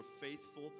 faithful